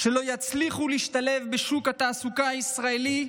שלא יצליחו להשתלב בשוק התעסוקה הישראלי,